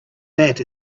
that